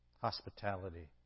Hospitality